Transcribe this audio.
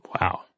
Wow